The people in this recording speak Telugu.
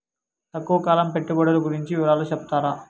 తక్కువ కాలం పెట్టుబడులు గురించి వివరాలు సెప్తారా?